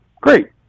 Great